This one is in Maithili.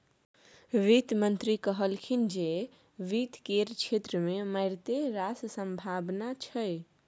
वित्त मंत्री कहलनि जे वित्त केर क्षेत्र मे मारिते रास संभाबना छै